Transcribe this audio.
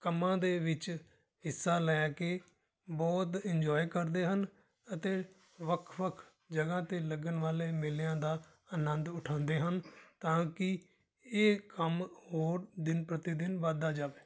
ਕੰਮਾਂ ਦੇ ਵਿੱਚ ਹਿੱਸਾ ਲੈ ਕੇ ਬਹੁਤ ਇੰਜੋਏ ਕਰਦੇ ਹਨ ਅਤੇ ਵੱਖ ਵੱਖ ਜਗ੍ਹਾ 'ਤੇ ਲੱਗਣ ਵਾਲੇ ਮੇਲਿਆਂ ਦਾ ਆਨੰਦ ਉਠਾਉਂਦੇ ਹਨ ਤਾਂ ਕਿ ਇਹ ਕੰਮ ਹੋਰ ਦਿਨ ਪ੍ਰਤੀ ਦਿਨ ਵੱਧਦਾ ਜਾਵੇ